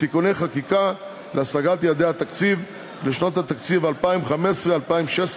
(תיקוני חקיקה להשגת יעדי התקציב לשנות התקציב 2015-2016),